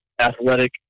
athletic